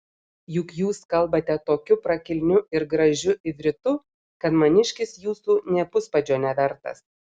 juk jūs kalbate tokiu prakilniu ir gražiu ivritu kad maniškis jūsų nė puspadžio nevertas